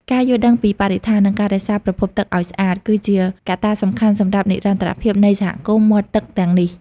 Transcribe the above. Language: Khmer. ការយល់ដឹងពីបរិស្ថាន និងការរក្សាប្រភពទឹកឱ្យស្អាត គឺជាកត្តាសំខាន់សម្រាប់និរន្តរភាពនៃសហគមន៍មាត់ទឹកទាំងនេះ។